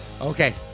Okay